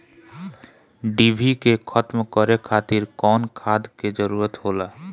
डिभी के खत्म करे खातीर कउन खाद के जरूरत होला?